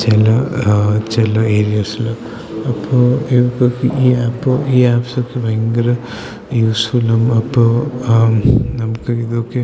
ചില ചില ഏരിയാസിൽ അപ്പോൾ ഇപ്പം ഈ ആപ്പ് ഈ ആപ്പ്സ് ഒക്കെ ഭയങ്കര യൂസ്ഫുള്ളും അപ്പോൾ നമുക്ക് ഇതൊക്കെ